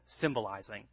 symbolizing